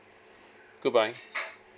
goodbye